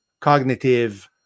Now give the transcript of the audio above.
cognitive